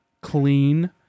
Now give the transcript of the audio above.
clean